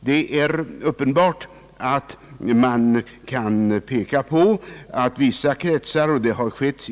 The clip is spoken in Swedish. Det är uppenbart att man kan peka på — det har gjorts